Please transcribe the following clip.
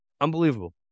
Unbelievable